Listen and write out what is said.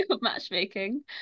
Matchmaking